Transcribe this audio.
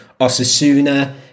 Osasuna